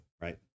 right